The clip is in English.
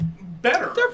better